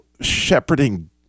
shepherding